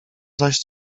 zaś